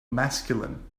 masculine